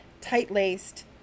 tight-laced